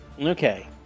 Okay